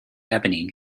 ebony